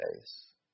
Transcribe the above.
face